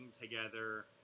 together